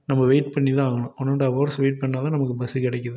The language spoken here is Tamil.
நம்ம வெயிட் பண்ணி தான் ஆகணும் one and half hours wait பண்ணால் தான் நமக்கு பஸ்ஸு கிடைக்குது